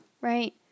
right